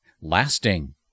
lasting